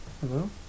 Hello